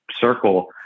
circle